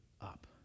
up